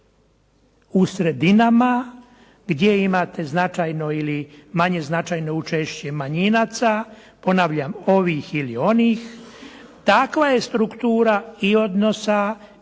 U sredinama gdje imate značajno ili manje značajno učešće manjinaca, ponavljam ovih ili onih, takva je struktura i odnosa i